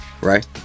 Right